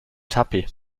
tuppy